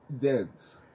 Dense